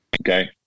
Okay